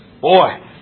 Boy